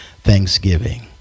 thanksgiving